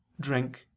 drink